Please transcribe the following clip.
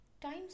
Times